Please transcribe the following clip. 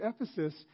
Ephesus